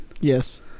Yes